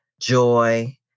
joy